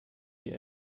die